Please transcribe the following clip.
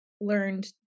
learned